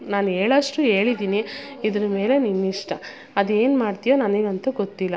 ನಾನು ಹೇಳೊಷ್ಟು ಹೇಳಿದೀನಿ ಇದ್ರ ಮೇಲೆ ನಿನ್ನಿಷ್ಟ ಅದೇನು ಮಾಡ್ತಿಯೋ ನನಗಂತು ಗೊತ್ತಿಲ್ಲ